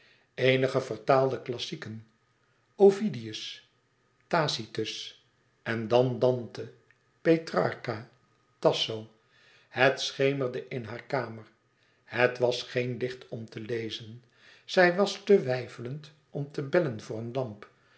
eenige vertaalde klassieken ovidius tacitus en dan dante petrarca tasso het schemerde in hare kamer het was geen licht om te lezen zij was te weifelend om te bellen voor een lamp